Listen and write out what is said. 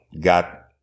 got